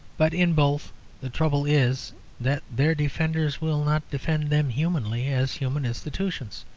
but in both the trouble is that their defenders will not defend them humanly as human institutions.